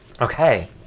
Okay